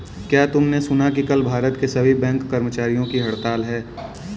क्या तुमने सुना कि कल भारत के सभी बैंक कर्मचारियों की हड़ताल है?